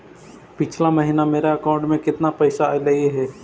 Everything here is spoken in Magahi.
पिछले महिना में मेरा अकाउंट में केतना पैसा अइलेय हे?